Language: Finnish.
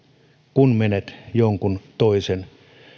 kun menet jonkun toisen